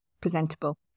presentable